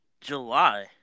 July